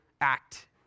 act